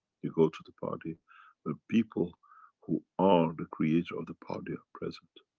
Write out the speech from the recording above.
you go to the party that people who are the creator of the party are present